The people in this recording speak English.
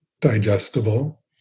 digestible